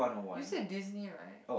you said Disney right